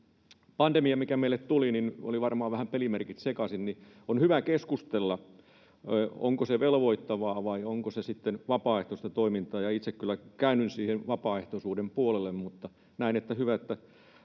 pandemia meille tuli, niin olivat varmaan vähän pelimerkit sekaisin. On hyvä keskustella, onko se velvoittavaa vai onko se sitten vapaaehtoista toimintaa, ja itse kyllä käännyn sen vapaaehtoisuuden puolelle. Mutta näen, että on hyvä, että